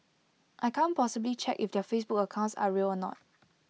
I can't possibly check if their Facebook accounts are real or not